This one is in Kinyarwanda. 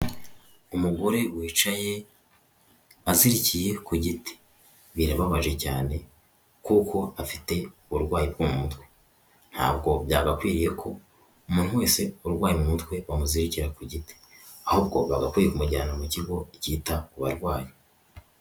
Umugore wicaye azirikiye ku giti birababaje cyane kuko afite uburwayi bwo mu mutwe ntabwo byagakwiriye ko umuntu wese urwaye mu mutwe bamuzirikira ku giti ahubwo baba bakwiye kumujyana mu kigo cyita uwarwayi.